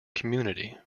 community